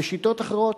בשיטות אחרות,